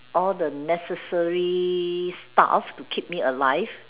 all the necessary stuff to keep me alive